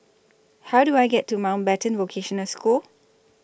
How Do I get to Mountbatten Vocational School